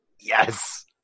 yes